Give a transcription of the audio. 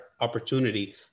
opportunity